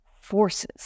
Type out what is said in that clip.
forces